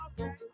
Okay